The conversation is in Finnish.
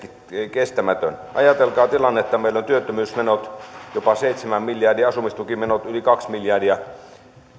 kestämätön ajatelkaa tilannetta että meillä ovat työttömyysmenot jopa seitsemän miljardia asumistukimenot yli kaksi miljardia